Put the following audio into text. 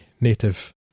native